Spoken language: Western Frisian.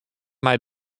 mei